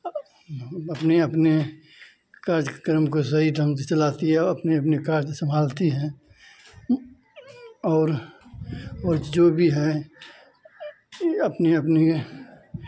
अपने अपने कार्यक्रम को सही ढंग से चलाती है और अपने अपने कार्य सम्हालती हैं और और जो भी हैं ये अपने अपने